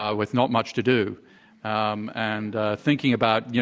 ah with not much to do um and thinking about, you